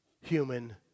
human